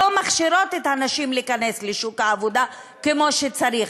הן לא מכשירות את הנשים להיכנס לשוק העבודה כמו שצריך.